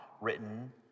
written